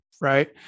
right